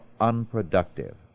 unproductive